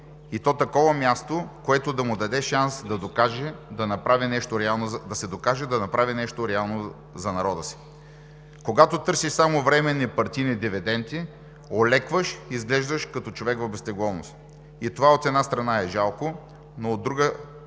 и то такова място, което да му даде шанс да се докаже, да направи нещо реално за народа си. Когато търсиш само временни партийни дивиденти, олекваш, изглеждаш като човек в безтегловност. И това, от една страна, е жалко, но от друга